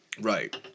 Right